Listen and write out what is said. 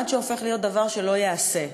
עד שהופך להיות דבר שלא ייעשה.